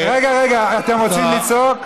רגע, רגע, אתם רוצים לצעוק?